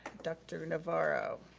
dr. navarro.